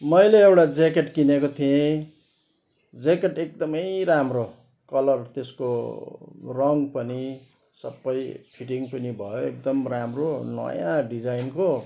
मैले एउटा ज्याकेट किनेको थिएँ ज्याकेट एकदमै राम्रो कलर त्यसको रङ पनि सबै फिटिङ पनि भयो एकदम राम्रो नयाँ डिजाइनको